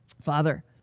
Father